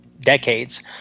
decades